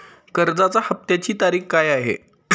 कर्जाचा हफ्त्याची तारीख काय आहे?